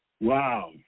Wow